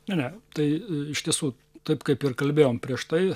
ne ne tai iš tiesų taip kaip ir kalbėjom prieš tai